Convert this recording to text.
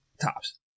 tops